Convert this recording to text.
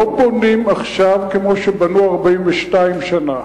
לא בונים עכשיו כמו שבנו 42 שנה.